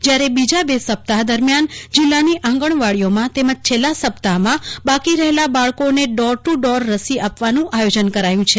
જ્યારે બીજા બે સપ્તાહ દરમિયાન જિલ્લાની આંગણવાડીઓમાં તેમજ છેલ્લા સપ્તાહમાં બાકી રહેલા બાળકોને ડોર ટુ ડોર રસી આપવાનું આયોજન કરાયું છે